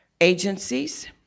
agencies